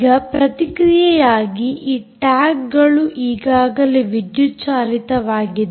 ಈಗ ಪ್ರತಿಕ್ರಿಯೆಯಾಗಿ ಆ ಟ್ಯಾಗ್ಗಳು ಈಗಾಗಲೇ ವಿದ್ಯುತ್ ಚಾಲಿತವಾಗಿದೆ